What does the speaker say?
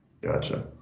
Gotcha